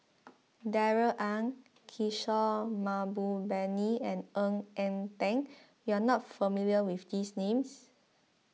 Darrell Ang Kishore Mahbubani and Ng Eng Teng you are not familiar with these names